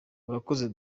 urakoze